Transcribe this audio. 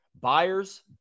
buyers